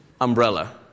umbrella